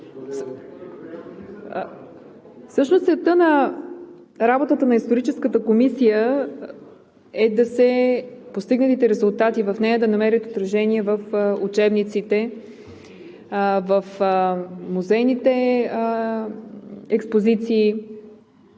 Всъщност целта на работата на Историческата комисия е постигнатите резултати в нея да намерят отражение в учебниците, в музейните експозиции